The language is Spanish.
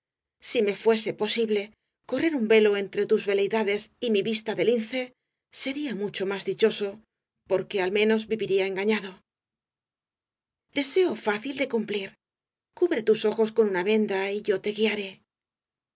si me fuese posible correr un velo entre tus veleidades y mi vista de lince sería mucho más dichoso porque al menos viviría engañado deseo fácil de cumplir cubre tus ojos con una venda y yo te guiaré